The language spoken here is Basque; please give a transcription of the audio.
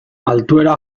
altuera